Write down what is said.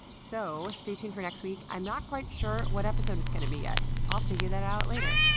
so stay tuned for next week. i'm not quite sure what episode it's going to be yet. i'll figure that out later,